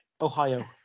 Ohio